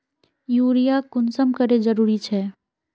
Urea कुंसम करे जरूरी छै?